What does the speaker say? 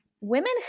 women